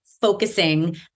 focusing